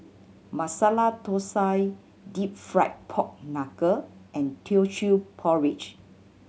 Masala Thosai Deep Fried Pork Knuckle and Teochew Porridge